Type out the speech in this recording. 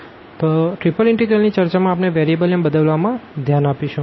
અને triple integrals ની ચર્ચા માં આપણે વેરીએબલ ને બદલવા માં ધ્યાન આપશું